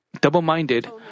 double-minded